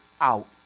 out